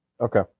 Okay